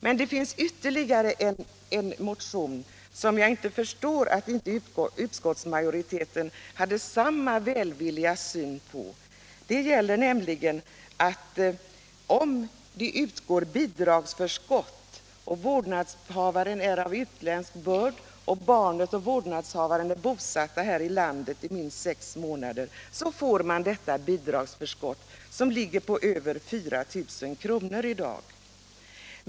Jag förstår inte att inte utskottsmajoriteten hade samma välvilliga syn på en annan av våra motioner. Om vårdnadshavaren är av utländsk börd, och barnet och vårdnadshavaren är bosatta här i landet i minst sex månader kan de få ett bidragsförskott på över 4000 kr.